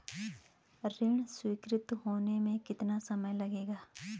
ऋण स्वीकृति होने में कितना समय लगेगा?